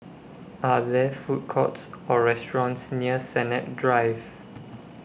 Are There Food Courts Or restaurants near Sennett Drive